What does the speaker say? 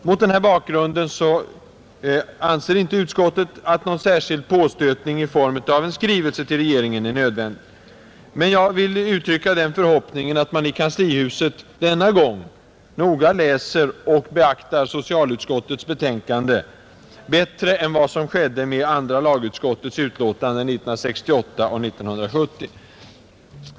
Mot den här bakgrunden anser utskottet inte att någon särskild påstötning i form av en skrivelse till regeringen är nödvändig. Men jag vill uttrycka den förhoppningen att man i kanslihuset denna gång noga läser och beaktar socialutskottets betänkande — bättre än vad som skedde med andra lagutskottets utlåtanden 1968 och 1970.